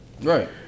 Right